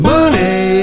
Money